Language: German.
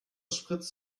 spritzt